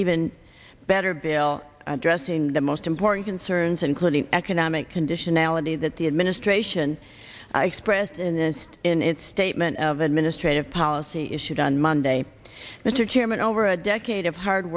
even better bill addressing the most important concerns including economic condition ality that the administration expressed in this in its statement of administrative policy issued on monday mr chairman over a decade of hard